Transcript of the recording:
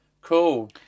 Cool